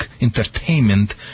entertainment